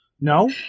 No